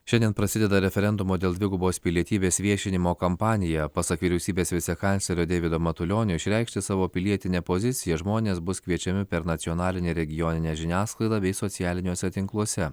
šiandien prasideda referendumo dėl dvigubos pilietybės viešinimo kampanija pasak vyriausybės vicekanclerio deivido matulionio išreikšti savo pilietinę poziciją žmonės bus kviečiami per nacionalinę ir regioninę žiniasklaidą bei socialiniuose tinkluose